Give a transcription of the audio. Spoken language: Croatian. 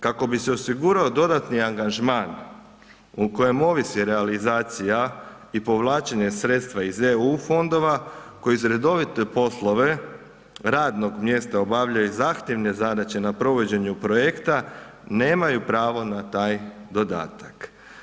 Kako bi se osigurao dodatni angažman u kojem ovisi realizacija i povlačenje sredstva iz eu fondova koji za redovite poslove radnog mjesta obavljaju zahtjevne zadaće na provođenju projekta nemaju pravo na taj dodatak.